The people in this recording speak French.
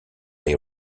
les